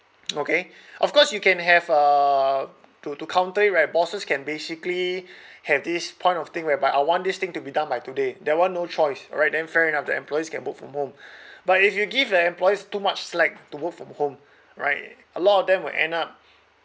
okay of course you can have uh to to counter it where bosses can basically have this point of thing whereby I want this thing to be done by today that [one] no choice right then fair enough the employees can work from home but if you give the employees too much slack to work from home right a lot of them will end up